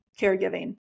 caregiving